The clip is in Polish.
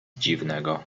dziwnego